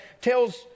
tells